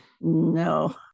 No